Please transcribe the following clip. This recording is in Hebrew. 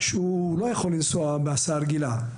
שלא יכול לנסוע בהסעה רגילה,